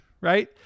right